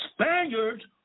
Spaniards